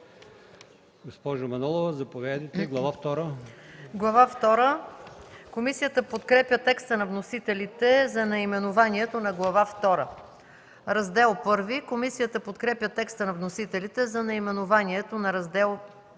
Глава втора. Комисията подкрепя текста на вносителите за наименованието на Глава втора. Раздел І. Комисията подкрепя текста на вносителите за наименованието на Раздел І.